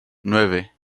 nueve